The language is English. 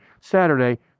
Saturday